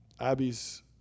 Abby's